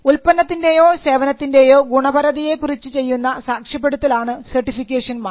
ഉൽപ്പന്നത്തിൻറെയോ സേവനത്തിൻറെയോ ഗുണപരതയെക്കുറിച്ച് ചെയ്യുന്ന സാക്ഷ്യപ്പെടുത്തൽ ആണ് സർട്ടിഫിക്കേഷൻ മാർക്ക്